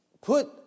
put